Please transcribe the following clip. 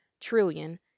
trillion